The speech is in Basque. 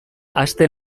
aste